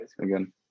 again